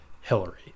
Hillary